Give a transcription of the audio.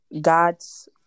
God's